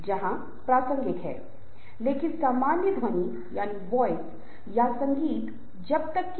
तो बस शुरू करने के लिए मैं कुछ स्लाइड्स दिखा रहा हूँ और यहाँ देख सकता है कि समूह की गतिशीलता का मतलब क्या है